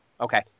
okay